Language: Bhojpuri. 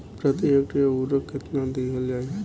प्रति हेक्टेयर उर्वरक केतना दिहल जाई?